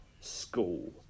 school